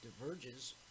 diverges